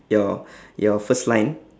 your your first line